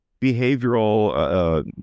behavioral